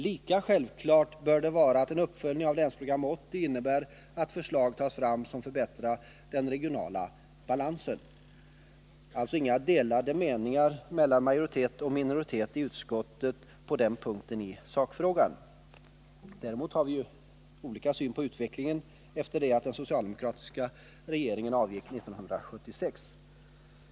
Lika självklart bör det vara att en uppföljning av Länsprogram 80 innebär att förslag tas fram som förbättrar den regionala balansen. Alltså inga delade meningar mellan majoritet och minoritet i utskottet på den punkten i sakfrågan! Däremot har vi olika syn på utvecklingen efter det att den socialdemokratiska regeringen avgick 1976.